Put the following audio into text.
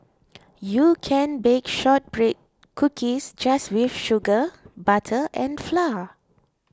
you can bake Shortbread Cookies just with sugar butter and flour